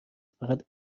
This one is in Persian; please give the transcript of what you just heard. فقط